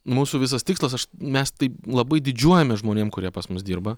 mūsų visas tikslas aš mes tai labai didžiuojamės žmonėm kurie pas mus dirba